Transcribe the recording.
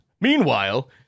Meanwhile